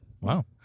Wow